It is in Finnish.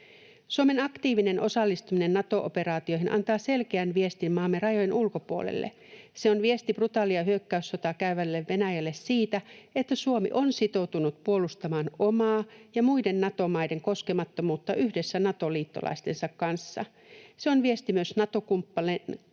Suomen aktiivinen osallistuminen Nato-operaatioihin antaa selkeän viestin maamme rajojen ulkopuolelle. Se on viesti brutaalia hyökkäyssotaa käyvälle Venäjälle siitä, että Suomi on sitoutunut puolustamaan omaa ja muiden Nato-maiden koskemattomuutta yhdessä Nato-liittolaistensa kanssa. Se on viesti myös Nato-kumppaneillemme,